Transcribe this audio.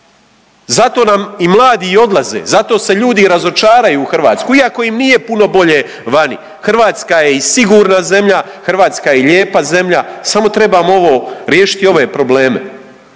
Zato nam mladi i odlaze, zato se ljudi razočaraju u Hrvatsku, iako im nije puno bolje vani. Hrvatska je i sigurna zemlja, Hrvatska je i lijepa zemlja samo trebamo ovo riješiti ove probleme.